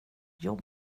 jobb